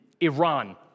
Iran